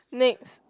next